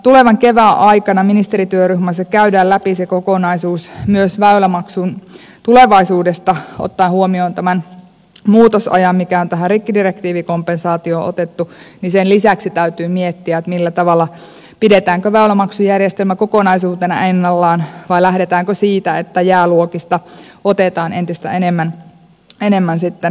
tulevan kevään aikana ministerityöryhmässä käydään läpi se kokonaisuus myös väylämaksun tulevaisuudesta ottaen huomioon tämän muutosajan mikä on tähän rikkidirektiivikompensaatioon otettu ja sen lisäksi täytyy miettiä pidetäänkö väylämaksujärjestelmä kokonaisuutena ennallaan vai lähdetäänkö siitä että jääluokista otetaan sitten entistä enemmän irti